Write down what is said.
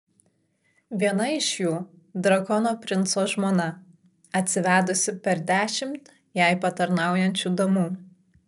viena iš jų drakono princo žmona atsivedusi per dešimt jai patarnaujančių damų